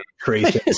crazy